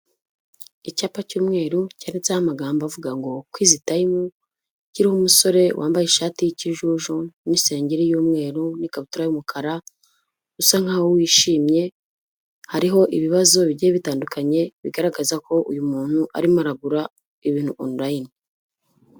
Icyapa cy'umweru cyanditseho amagambo avuga ngo kwizi tayimu, kiriho umusore wambaye ishati y'ikijuju n'isengeri y'umweru n'ikabutura y'umukara usa nkaho wishimye hariho ibibazo bigiye bitandukanye bigaragaza ko uyu muntu arimo aragura ibintu onulayini.